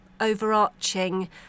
overarching